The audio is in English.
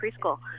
preschool